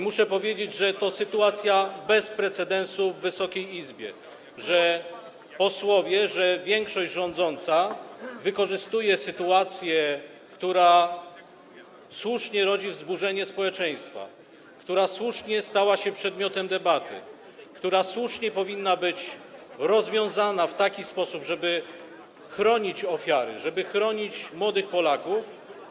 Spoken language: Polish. Muszę powiedzieć, że to sytuacja bez precedensu w Wysokiej Izbie, że posłowie, że większość rządząca wykorzystuje sytuację, która słusznie rodzi wzburzenie społeczeństwa, która słusznie stała się przedmiotem debaty, która słusznie powinna być rozwiązana w taki sposób, żeby chronić ofiary, żeby chronić młodych Polaków.